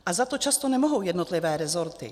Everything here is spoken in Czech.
A za to často nemohou jednotlivé rezorty.